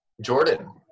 jordan